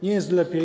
Nie jest lepiej.